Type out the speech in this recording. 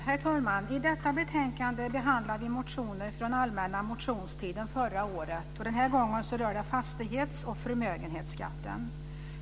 Herr talman! I detta betänkande behandlar vi motioner från allmänna motionstiden förra året. Den här gången rör det fastighets och förmögenhetsskatten.